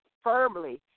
firmly